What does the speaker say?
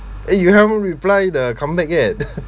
eh you haven't reply the comeback yet